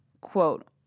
quote